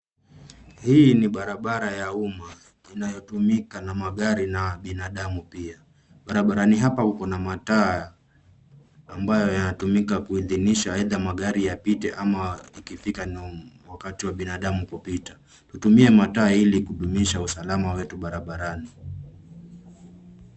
Hii ni barabara ya umma inayotumika na magari na binadamu pia. Barabarani hapa uko na mataa ambayo yanatumika kuidhinisha aidha magari yapite ama ikifika ni wakati wa binadamu kupita. Tutumie mataa ili kudumisha usalama wetu barabarani.